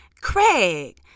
Craig